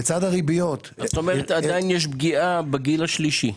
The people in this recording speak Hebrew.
זאת אומרת, עדיין יש פגיעה בגיל השלישי.